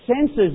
senses